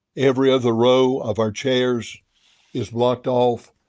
every other row of our chairs is blocked off.